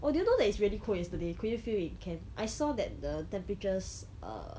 oh did you know it's really cold yesterday could you feel it in camp I saw that the temperatures um